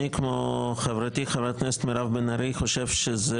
כמו חברתי חברת הכנסת מירב בן ארי אני חושב שזאת